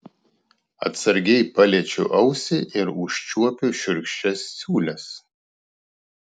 atsargiai paliečiu ausį ir užčiuopiu šiurkščias siūles